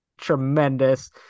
tremendous